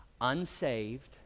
Unsaved